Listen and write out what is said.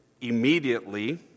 immediately